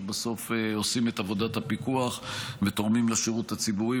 שבסוף עושים את עבודת הפיקוח ותורמים לשירות הציבורי,